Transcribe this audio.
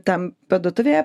tam parduotuvėje